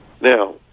Now